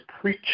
preach